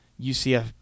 UCF